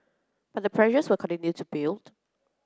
but the pressures will continue to build